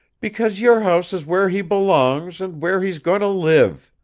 because your house is where he belongs and where he is going to live.